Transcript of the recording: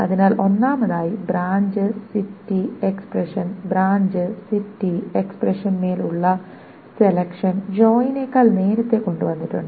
അതിനാൽ ഒന്നാമതായി branch city expression branch city എക്സ്പ്രഷന്മേൽ ഉള്ള സെലക്ഷൻ ജോയിനേക്കാൾ നേരത്തെ കൊണ്ടുവന്നിട്ടുണ്ട്